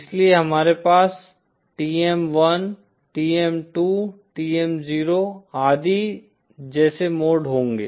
इसलिए हमारे पास TM 1 TM 2 TM 0 आदि जैसे मोड होंगे